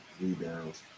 rebounds